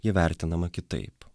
ji vertinama kitaip